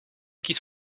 kies